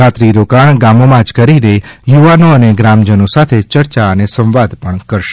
રાત્રિ રોકાણ ગામોમાં જ કરી યુવાનો અને ગ્રામજનો સાથે ચર્ચા સંવાદ કરશે